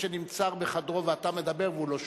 שנמצא בחדרו ואתה מדבר והוא לא שומע.